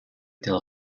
del